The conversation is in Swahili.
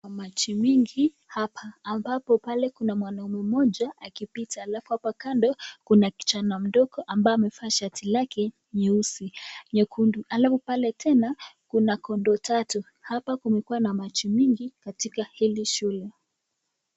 Kuna maji mengi hapa ambapo kuna mwanamme mmoja akipita alafu hapa kando kuna kijana mdogo akipita ambaye amevaa shati lake nyeusi nyekundu, halafu pale tena kuna kondoo watatu. Hapa kumekuwa na maji mengi katika hili shule.